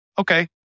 okay